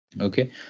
Okay